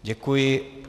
Děkuji.